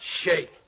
Shake